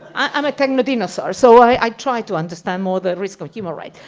i'm a techno-dinosaur, so i try to understand more the risk of human rights.